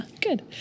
good